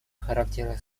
характера